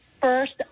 first